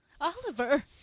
Oliver